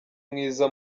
mwiza